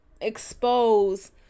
expose